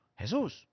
jesus